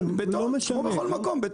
כן, עם בטון, כמו בכל מקום.